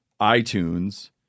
iTunes